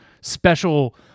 special